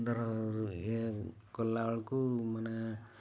ଧର ଏ କଲାବେଳକୁ ମାନେ